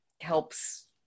helps